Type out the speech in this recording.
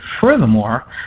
furthermore